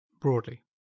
broadly